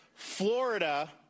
Florida